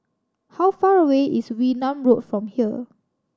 how far away is Wee Nam Road from here